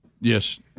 Yes